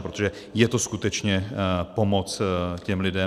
Protože je to skutečně pomoc těm lidem.